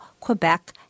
Quebec